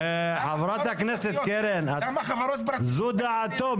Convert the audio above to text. חברת הכנסת קרן, זו דעתו.